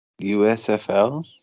USFL